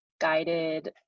guided